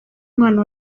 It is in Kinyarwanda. umwana